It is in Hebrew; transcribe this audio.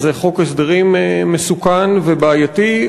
זה חוק הסדרים מסוכן ובעייתי,